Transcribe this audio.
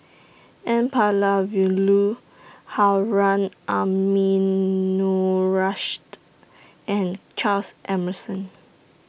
N Palanivelu Harun Aminurrashid and Charles Emmerson